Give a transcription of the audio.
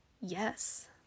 yes